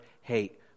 hate